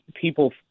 people